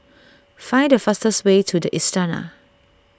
find the fastest way to the Istana